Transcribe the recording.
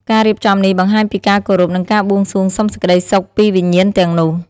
ការរៀបចំនេះបង្ហាញពីការគោរព និងការបួងសួងសុំសេចក្តីសុខពីវិញ្ញាណទាំងនោះ។